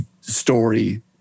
story